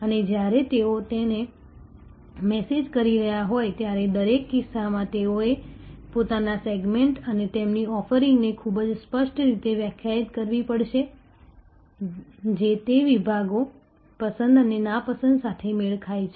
અને જ્યારે તેઓ તેને મેનેજ કરી રહ્યા હોય ત્યારે દરેક કિસ્સામાં તેઓએ તેમના સેગમેન્ટ્સ અને તેમની ઓફરિંગને ખૂબ જ સ્પષ્ટ રીતે વ્યાખ્યાયિત કરવી પડશે જે તે વિભાગો પસંદ અને નાપસંદ સાથે મેળ ખાય છે